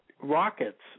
rockets